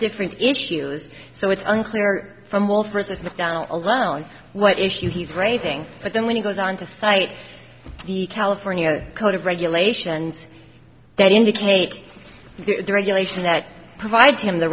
different issues so it's unclear from wolf versus macdonnell alone what issue he's raising but then when he goes on to cite the california code of regulations that indicate the regulation that provides him the